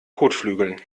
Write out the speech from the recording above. kotflügeln